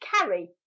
carry